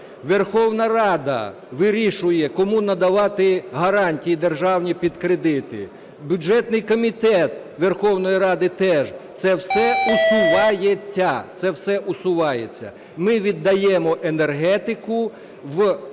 Верховна Рада вирішує кому надавати гарантії державні під кредити. Бюджетний комітет Верховної Ради України – теж. Це все усувається. Ми віддаємо енергетику під